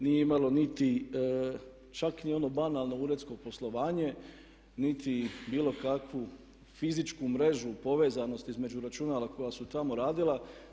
Nije imalo čak ni ono banalno uredsko poslovanje, niti bilo kakvu fizičku mrežu, povezanost između računala koja su tamo radila.